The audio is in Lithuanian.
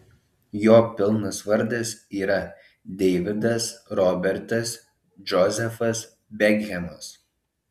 jo pilnas vardas yra deividas robertas džozefas bekhemas